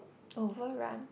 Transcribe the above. over run